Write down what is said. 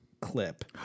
clip